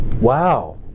wow